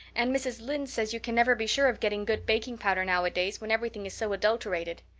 and mrs. lynde says you can never be sure of getting good baking powder nowadays when everything is so adulterated.